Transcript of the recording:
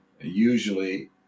Usually